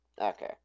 Okay